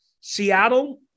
Seattle